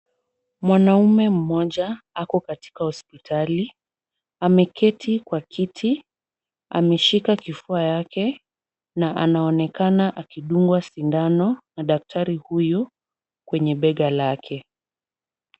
Mwanaume mmoja ako katika hospitali. Ameketi kwa kiti. Ameshika kifua yake na anaonekana akidungwa sindano na daktari huyu kwenye bega lake.